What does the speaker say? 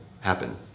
happen